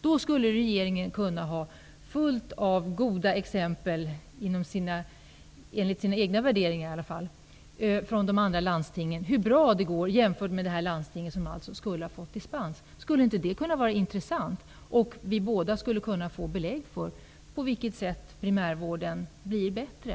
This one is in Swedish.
Då skulle regeringen kunna få många goda exempel, enligt sina egna värderingar, på hur bra det går i de andra landstingen jämfört med i de landsting som har fått dispens. Skulle inte det vara intressant? Vi skulle då båda få belägg för på vilket sätt primärvården blir bättre.